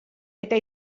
eta